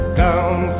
down